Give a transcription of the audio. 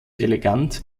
elegant